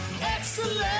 excellent